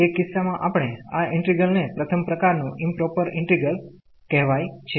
તે કિસ્સા મા આપણે આ ઈન્ટિગ્રલ ને પ્રથમ પ્રકાર નું ઈમપ્રોપર ઇન્ટિગ્રલ કહેવાય છે